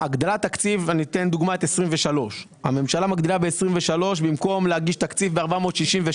הגדלת תקציב - אני אתן דוגמה את שנת 2023. הממשלה מגדילה ב-23' במקום להגיש תקציב ב-467,